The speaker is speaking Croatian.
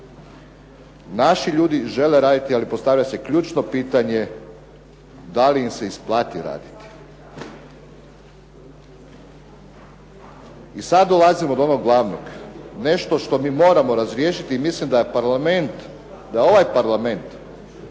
naši ljudi žele raditi ali postavlja se ključno pitanje, da li im se isplati raditi. I sada dolazimo do onog glavnog, nešto što mi moramo razriješiti i mislim da Parlament, da ovaj Parlament,